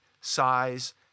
size